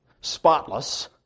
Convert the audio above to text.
spotless